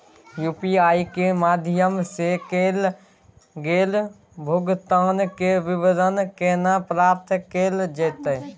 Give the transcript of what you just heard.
UPI के माध्यम सं कैल गेल भुगतान, के विवरण केना प्राप्त कैल जेतै?